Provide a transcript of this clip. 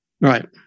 Right